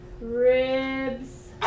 ribs